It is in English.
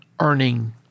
earning